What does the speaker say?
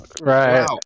Right